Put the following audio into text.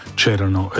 c'erano